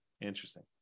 interesting